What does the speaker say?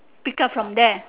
pick up from there